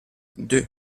deux